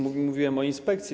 Mówiłem o inspekcji.